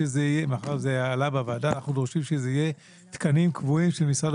מאחר שזה עלה בוועדה אנחנו דורשים שזה יהיה תקנים קבועים של משרד